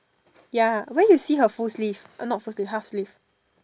ya where you see her full sleeve not full sleeve half sleeve